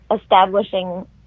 establishing